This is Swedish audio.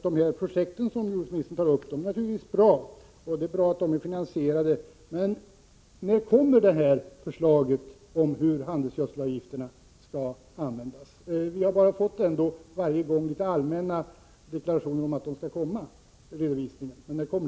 De projekt som jordbruksministern nämner är i och för sig bra, och det är bra att de är finansierade. Men när kommer redovisningen av förslaget om hur handelsgödselavgifterna skall användas? Hittills har det bara kommit allmänna deklarationer.